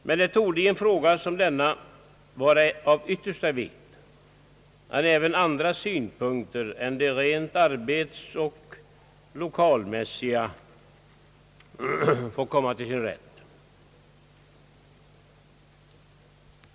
Men det torde i en fråga som denna vara av yttersta vikt att även andra synpunkter än de rent »arbetsoch 1okalmässiga» kommer till sin rätt.